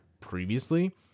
previously